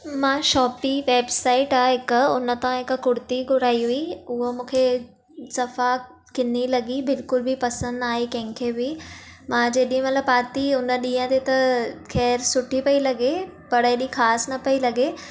मां Shopee website आहे हिक उन तां हिक कुर्ती घुराई हुई उहा मूंखे सफ़ा किनी लॻी बिल्कुलु बि पसंदि न आई कंहिंखे बि मां जेॾी महिल पाती उन ॾींहं ते त ख़ैर सुठी पई लॻे पर ऐॾी ख़ासि न पई लॻे